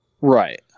Right